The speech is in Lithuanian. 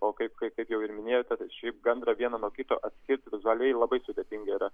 o kaip kaip kaip jau ir minėjote tai šiaip gandrą vieną nuo kito atskirti vizualiai labai sudėtinga yra